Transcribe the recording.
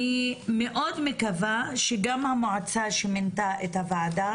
אני מאוד מקווה שגם המועצה שמינתה את הוועדה